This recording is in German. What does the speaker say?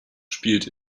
spielt